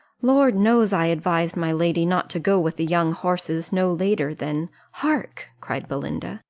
lord knows, i advised my lady not to go with the young horses, no later than hark! cried belinda,